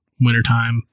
wintertime